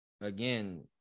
again